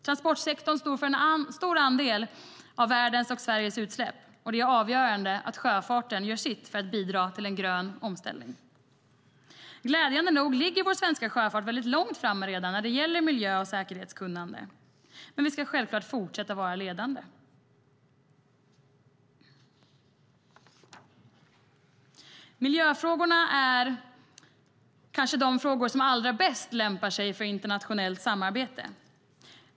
Transportsektorn står för en stor andel av världens och Sveriges utsläpp, och det är avgörande att sjöfarten gör sitt för att bidra till en grön omställning. Glädjande nog ligger vår svenska sjöfart redan långt framme när det gäller miljö och säkerhetskunnande. Men vi ska självklart fortsätta att vara ledande. Miljöfrågorna är kanske de frågor som allra bäst lämpar sig för internationellt samarbete.